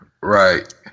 Right